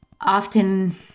often